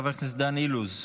חבר הכנסת דן אילוז,